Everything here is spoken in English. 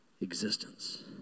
existence